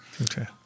Okay